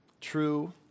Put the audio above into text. True